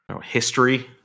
history